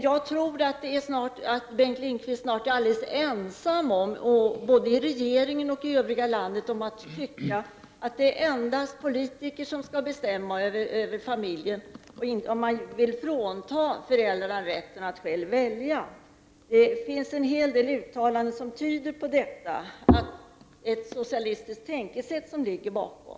Jag tror att Bengt Lindqvist snart kommer att vara alldeles ensam i regeringen och för övrigt i hela landet om att tycka att det endast är politiker som skall bestämma över familjen och att dessa skall kunna frånta föräldrarna rätten att själva välja. Det finns en hel del uttalanden som tyder på att det är ett socialistiskt tänkesätt som ligger bakom.